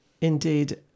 indeed